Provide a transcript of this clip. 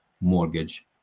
mortgage